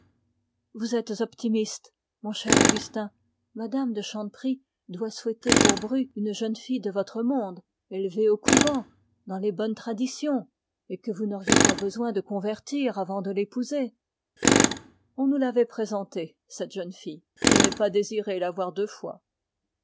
mme de chanteprie doit souhaiter pour bru quelque jeune fille de votre monde élevée au couvent dans les bonnes traditions et que vous n'auriez pas besoin de convertir avant de l'épouser on nous l'avait présentée cette jeune fille je n'ai pas désiré la voir deux fois